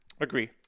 Agree